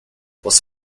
was